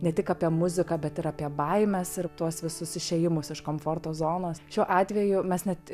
ne tik apie muziką bet ir apie baimes ir tuos visus išėjimus iš komforto zonos šiuo atveju mes net